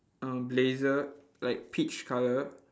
um blazer like peach colour